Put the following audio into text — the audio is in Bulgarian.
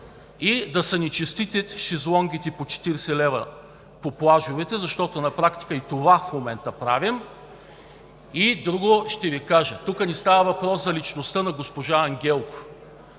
И да са ни честити шезлонгите за 40 лв. по плажовете, защото на практика и това правим в момента! И друго ще Ви кажа. Тук не става въпрос за личността на госпожа Ангелкова.